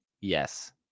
Yes